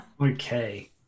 Okay